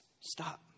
stop